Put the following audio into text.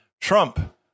Trump